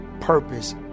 purpose